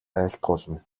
айлтгуулна